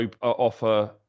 offer